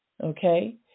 okay